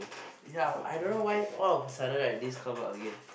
ya I don't know why all of a sudden right this come out again